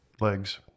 legs